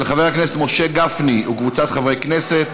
של חבר הכנסת משה גפני וקבוצת חברי הכנסת.